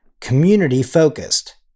Community-focused